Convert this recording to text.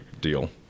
deal